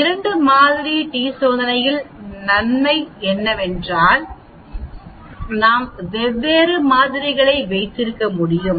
2 மாதிரி டி சோதனையின் நன்மை என்னவென்றால் நான் வெவ்வேறு மாதிரிகளை வைத்திருக்க முடியும்